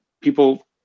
people